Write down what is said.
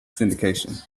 syndication